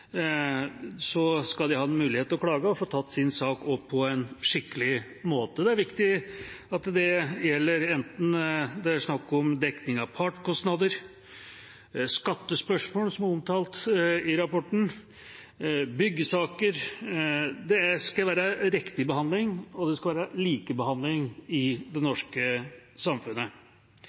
ha mulighet til å klage og få tatt sin sak opp på en skikkelig måte. Det er viktig enten det er snakk om dekning av partskostnader, skattespørsmål, som er omtalt i rapporten, eller byggesaker – det skal være riktig behandling og likebehandling i det norske samfunnet.